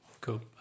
cool